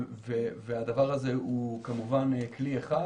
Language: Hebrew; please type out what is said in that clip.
הדבר הזה הוא כמובן כלי אחד,